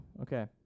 okay